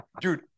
dude